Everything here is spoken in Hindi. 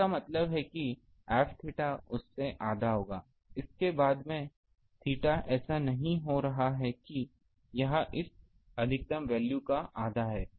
इसका मतलब है कि F थीटा उस से आधा होगा इसलिए बाद में थीटा ऐसा नहीं हो रहा है कि यह इस अधिकतम वैल्यू का आधा है